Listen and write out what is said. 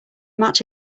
match